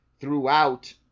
throughout